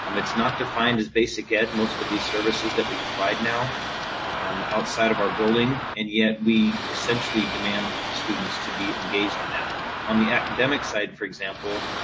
um it's not defined as basic ed. most of these services that we provide now outside of our building, and yet we essentially demand students to be engaged in that on the academic side. for example,